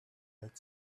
had